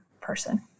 person